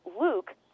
Luke